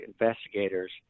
investigators